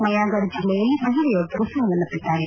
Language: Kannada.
ನಯಾಗರ್ ಜಿಲ್ಲೆಯಲ್ಲಿ ಮಹಿಳೆಯೊಬ್ಬರು ಸಾವನ್ನಪ್ಪಿದ್ದಾರೆ